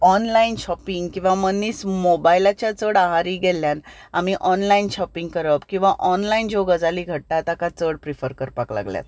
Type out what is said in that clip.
online shopping किंवां मनीस मोबायलाचेर चड आहारी गेल्ल्यान आमी ऑनलायन शॉपिंग करप किंवां ऑनलायन ज्यो गजाली घडटा ताका चड प्रिफर करपाक लागल्यात